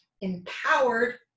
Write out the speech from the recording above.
empowered